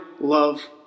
love